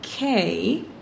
Okay